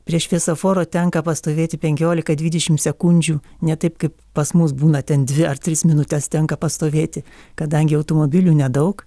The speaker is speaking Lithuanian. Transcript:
prie šviesoforo tenka pastovėti penkiolika dvidešimt sekundžių ne taip kaip pas mus būna ten dvi ar tris minutes tenka pastovėti kadangi automobilių nedaug